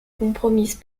compromise